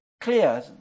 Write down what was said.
clear